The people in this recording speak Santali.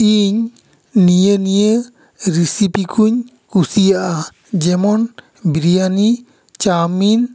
ᱤᱧ ᱱᱤᱭᱟᱹ ᱱᱤᱭᱟᱹ ᱨᱮᱥᱤᱯᱤ ᱠᱚᱧ ᱠᱩᱥᱤᱭᱟᱜ ᱟ ᱡᱮᱢᱚᱱ ᱵᱤᱨᱤᱭᱟᱱᱤ ᱪᱟᱣᱢᱤᱱ